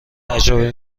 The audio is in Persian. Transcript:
تجربه